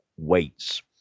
weights